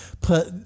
Put